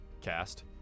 cast